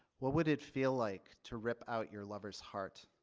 what would it feel like to rip out your lover's heart?